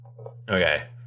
Okay